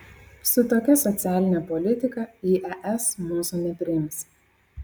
su tokia socialine politika į es mūsų nepriims